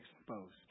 exposed